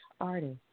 artist